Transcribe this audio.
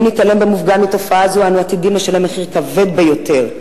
אם נתעלם במופגן מתופעה זו אנו עתידים לשלם מחיר כבד ביותר,